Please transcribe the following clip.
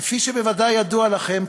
כפי שבוודאי ידוע לכם,